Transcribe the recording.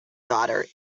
daughter